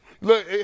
Look